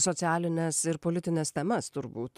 socialines ir politines temas turbūt